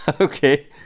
Okay